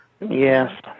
Yes